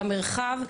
למרחב,